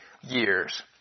years